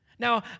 Now